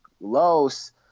Los